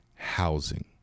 housing